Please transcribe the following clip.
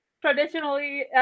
traditionally